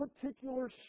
particular